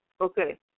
Okay